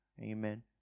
amen